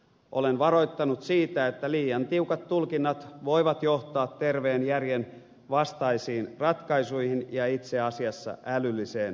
olen varoittanut siitä että liian tiukat tulkinnat voivat johtaa terveen järjen vastaisiin ratkaisuihin ja itse asiassa älylliseen umpikujaan